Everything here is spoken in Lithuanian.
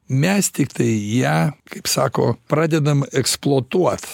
mes tiktai ją kaip sako pradedam eksploatuot